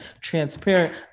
transparent